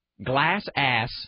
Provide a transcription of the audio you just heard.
glassass